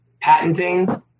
patenting